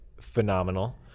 phenomenal